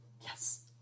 Yes